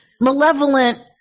malevolent